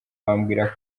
bambwira